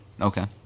Okay